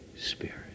Spirit